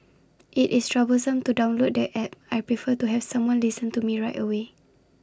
IT is troublesome to download the App I prefer to have someone listen to me right away